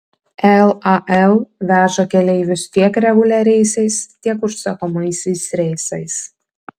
lal veža keleivius tiek reguliariaisiais tiek užsakomaisiais reisais